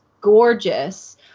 gorgeous